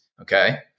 Okay